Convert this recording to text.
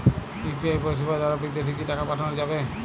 UPI পরিষেবা দারা বিদেশে কি টাকা পাঠানো যাবে?